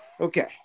Okay